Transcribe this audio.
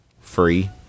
Free